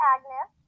Agnes